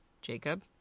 Jacob